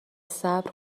صبر